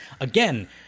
again